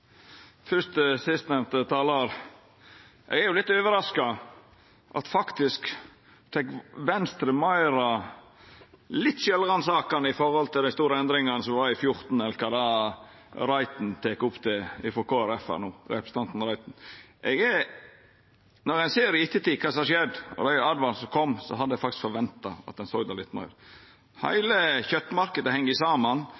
Fyrst til sistnemnde talar: Eg er litt overraska over at Venstre faktisk er litt meir sjølvransakande når det gjeld dei store endringane som var i 2014, enn det som representanten Reiten nok tek opp her frå Kristelig Folkeparti. Når ein ser i ettertid kva som har skjedd, og dei åtvaringane som kom, hadde eg faktisk forventa at ein såg det litt meir.